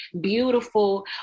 beautiful